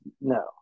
no